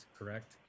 correct